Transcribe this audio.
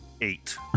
eight